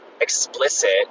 explicit